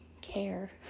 care